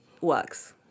works